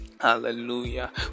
hallelujah